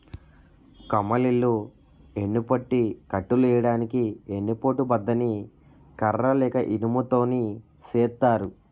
కమ్మలిల్లు యెన్నుపట్టి కట్టులెయ్యడానికి ఎన్ని పోటు బద్ద ని కర్ర లేక ఇనుము తోని సేత్తారు